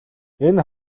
энэ